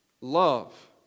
love